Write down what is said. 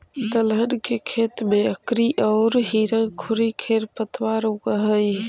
दलहन के खेत में अकरी औउर हिरणखूरी खेर पतवार उगऽ हई